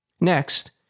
Next